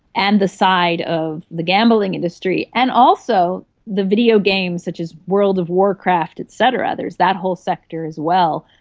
and the side of the gambling industry, and also the video games such as world of warcraft et cetera, there is that whole sector as well,